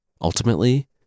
Ultimately